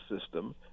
system